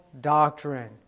doctrine